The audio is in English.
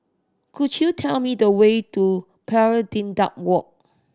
could you tell me the way to Pari Dedap Walk